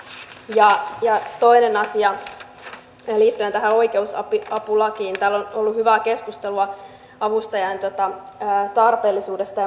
ja ja toinen asia liittyen tähän oikeusapulakiin täällä on ollut hyvää keskustelua avustajan tarpeellisuudesta